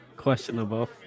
Questionable